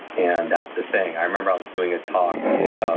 and that's the thing i remember, i was doing a talk in ah